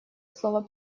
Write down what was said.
слово